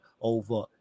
over